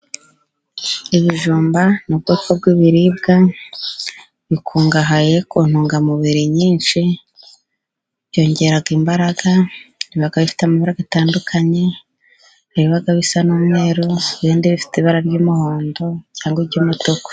Ibijumba ni mu bwoko bw'ibiribwa, bikungahaye ku ntungamubiri nyinshi, byongera imbaraga, biba bifite amabara atandukanye, hari ibiba bisa n'umweru, ibindi bifite ibara ry'umuhondo, cyangwa iby'umutuku.